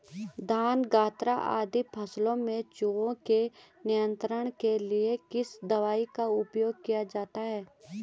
धान गन्ना आदि फसलों में चूहों के नियंत्रण के लिए किस दवाई का उपयोग किया जाता है?